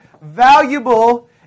valuable